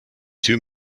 two